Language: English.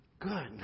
Good